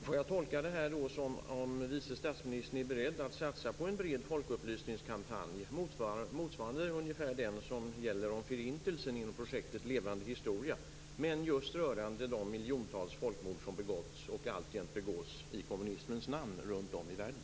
Fru talman! Får jag tolka det så att vice statsministern är beredd att satsa på en bred folkupplysningskampanj, ungefärligen motsvarande den om Förintelsen inom projektet Levande historia, men just rörande de miljontals folkmord som har begåtts och som alltjämt begås i kommunismens namn runt om i världen?